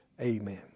Amen